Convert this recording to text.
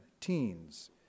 teens